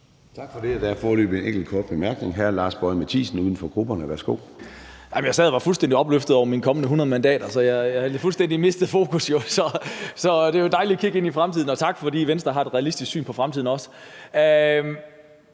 Tak for det. Der er foreløbig en enkelt kort bemærkning. Hr. Lars Boje Mathiesen, uden for grupperne. Værsgo. Kl. 10:39 Lars Boje Mathiesen (UFG): Jeg sad og var fuldstændig opløftet over mine kommende 100 mandater, så jeg har jo fuldstændig mistet fokus. Det var et dejligt kig ind i fremtiden. Tak, fordi Venstre har et realistisk syn på fremtiden.